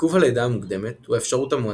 עיכוב הלידה המוקדמת הוא האפשרות המועדפת.